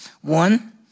One